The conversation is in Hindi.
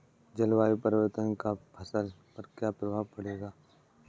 जलवायु परिवर्तन का फसल पर क्या प्रभाव पड़ेगा?